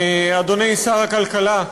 תודה לך, אדוני שר הכלכלה,